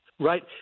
Right